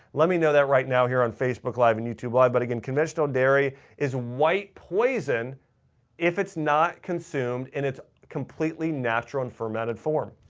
let me know that right now here on facebook live and youtube live. but again, conventional dairy is white poison if it's not consumed in its completely natural and fermented form.